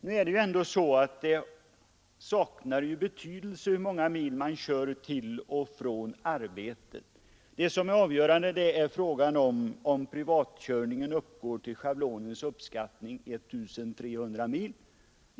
Nu är det ju ändå så att det saknar betydelse hur många mil man kör till och från arbetet. Avgörande är huruvida privatkörningen uppgår till schablonuppskattningen 1 300 mil.